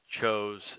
chose